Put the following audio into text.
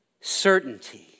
certainty